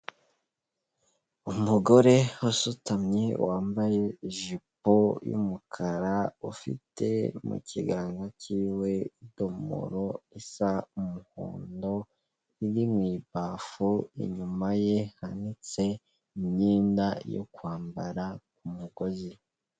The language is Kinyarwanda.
Umugore usutamye wambaye ijipo y'umukara, ufite mu kiganza cyiwe idomoro isa umuhondo iri mu ibafu, inyuma ye hanitse imyenda yo kwambara k'umugozi.